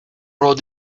road